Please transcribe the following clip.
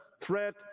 threat